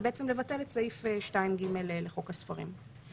בעצם לבטל את סעיף 2(ג) לחוק הספרים.